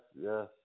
yes